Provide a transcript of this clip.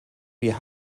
wir